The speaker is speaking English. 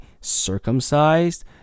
circumcised